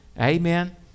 amen